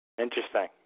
Interesting